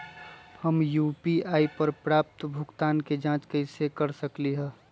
हम यू.पी.आई पर प्राप्त भुगतान के जाँच कैसे कर सकली ह?